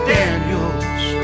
Daniels